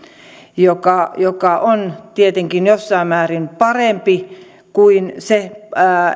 joka joka on tietenkin jossain määrin parempi kuin se